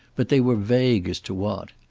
but they were vague as to what.